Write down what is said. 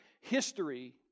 history